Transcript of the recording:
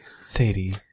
Sadie